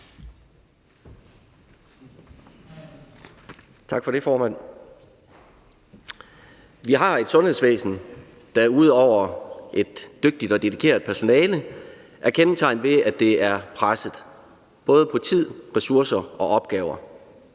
Vi har et sundhedsvæsen, der ud over et dygtigt og dedikeret personale er kendetegnet ved, at det er presset både på tid, ressourcer og opgaver.